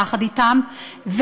יחד אתם,